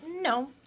No